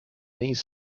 these